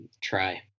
try